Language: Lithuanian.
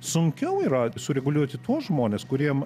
sunkiau yra sureguliuoti tuos žmones kuriem